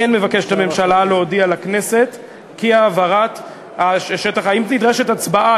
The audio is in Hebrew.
כמו כן מבקשת הממשלה להודיע לכנסת כי העברת האם נדרשת הצבעה,